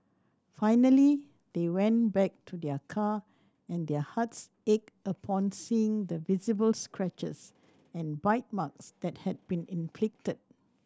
finally they went back to their car and their hearts ached upon seeing the visible scratches and bite marks that had been inflicted